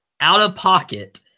out-of-pocket